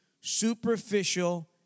superficial